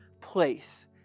place